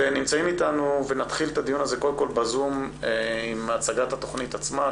נמצאים איתנו ונתחיל את הדיון הזה קודם כל בזום עם הצגת התכנית עצמה,